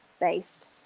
based